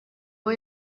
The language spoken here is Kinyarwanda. aho